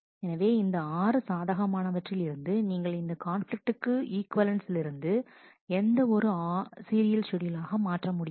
எனவே இந்த ஆறு சாதகமானவற்றிலிருந்து நீங்கள் இந்த கான்பிலிக்ட்டுக்கு இக்வலன்சிலிருந்து எந்த ஒரு ஆறு சீரியல் ஷெட்யூலாக மாற்ற முடியாது